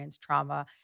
trauma